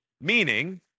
Meaning